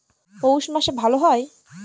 পৌষ মাসে ভালো হয়?